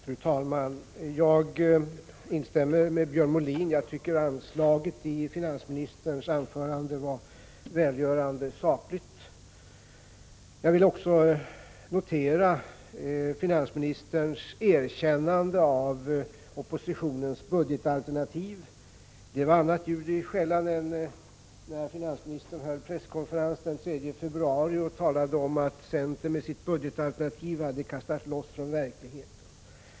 Fru talman! Jag instämmer med Björn Molin. Jag tycker anslaget i finansministerns anförande var välgörande sakligt. Jag vill också notera finansministerns erkännande av oppositionens budgetalternativ. Det var annat ljud i skällan än när finansministern höll presskonferens den 3 februari och talade om att centern med sitt budgetalternativ hade kastat loss från verkligheten.